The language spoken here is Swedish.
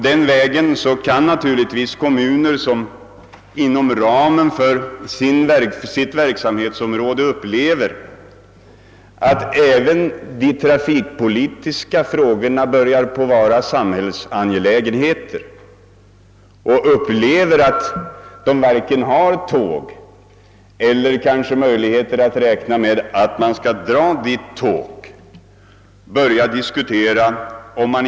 Detta är naturligtvis en utväg för kommuner som inte har tåg och heller inte kan räkna med att järnvägslinjer kommer att dragas fram.